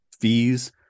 fees